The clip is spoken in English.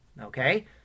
Okay